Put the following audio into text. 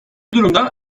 durumda